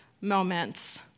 moments